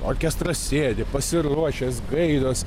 orkestras sėdi pasiruošęs gaidos